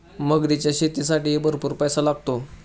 मगरीच्या शेतीसाठीही भरपूर पैसा लागतो